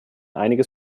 einiges